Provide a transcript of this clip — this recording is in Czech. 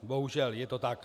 Bohužel je to tak.